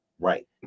Right